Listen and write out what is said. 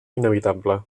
inevitable